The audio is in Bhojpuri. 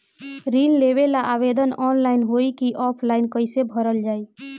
ऋण लेवेला आवेदन ऑनलाइन होई की ऑफलाइन कइसे भरल जाई?